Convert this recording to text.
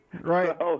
right